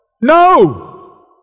No